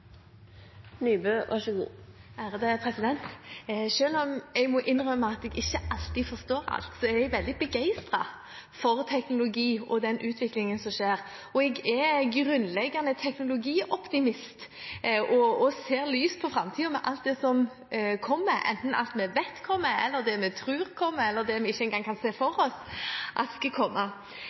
jeg veldig begeistret for teknologi og den utviklingen som skjer. Jeg er grunnleggende teknologioptimist og ser lyst på framtiden med alt det som kommer, enten alt vi vet kommer, eller det vi tror kommer, eller det vi ikke engang kan se for oss at skal komme.